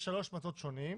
יש שלושה מטות שונים,